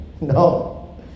no